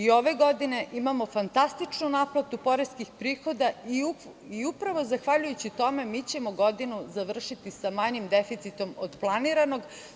Ove godine imamo fantastičnu naplatu poreskih prihoda i upravo zahvaljujući tome mi ćemo godinu završiti sa manjim deficitom od planiranog.